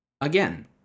again